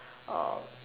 uh